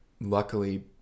Luckily